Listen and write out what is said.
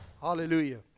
Hallelujah